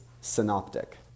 synoptic